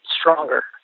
stronger